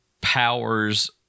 powers